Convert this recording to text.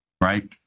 Right